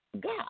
God